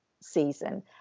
season